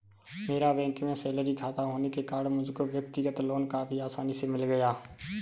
मेरा बैंक में सैलरी खाता होने के कारण मुझको व्यक्तिगत लोन काफी आसानी से मिल गया